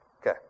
Okay